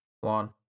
one